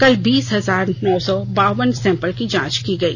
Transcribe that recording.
कल बीस हजार नौ सौ बावन सैंपल की जांच की गई